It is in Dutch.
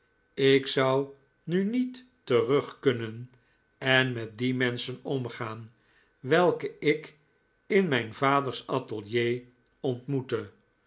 ik zou nu niet terug kunnen en met die menschen omgaan welke ik in mijn vaders atelier ontmoette